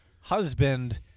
husband